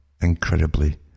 incredibly